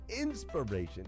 inspiration